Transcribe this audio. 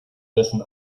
dessen